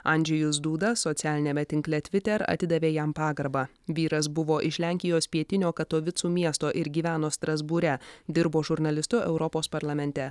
andžejus duda socialiniame tinkle tviter atidavė jam pagarbą vyras buvo iš lenkijos pietinio katovicų miesto ir gyveno strasbūre dirbo žurnalistu europos parlamente